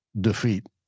defeat